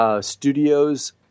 studios